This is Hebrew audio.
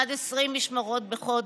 עד 20 משמרות בחודש.